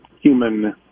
human